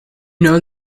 know